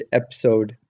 episode